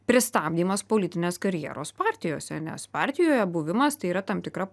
pristabdymas politinės karjeros partijose nes partijoje buvimas tai yra tam tikra